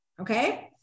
Okay